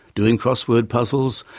doing crossword puzzles,